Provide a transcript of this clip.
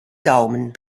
daumen